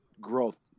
growth